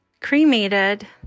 cremated